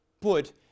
put